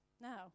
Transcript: Now